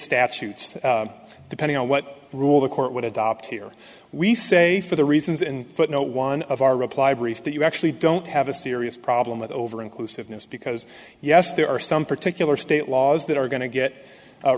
statutes depending on what rule the court would adopt here we say for the reasons in footnote one of our reply brief that you actually don't have a serious problem with over inclusiveness because yes there are some particular state laws that are going to get